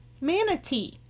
manatee